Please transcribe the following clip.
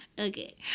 okay